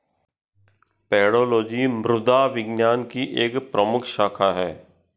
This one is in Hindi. पेडोलॉजी मृदा विज्ञान की एक प्रमुख शाखा है